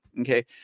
Okay